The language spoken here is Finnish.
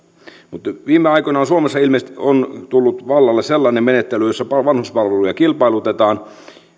mutta viime aikoina on suomessa ilmeisesti tullut vallalle sellainen menettely jossa vanhuspalveluja kilpailutetaan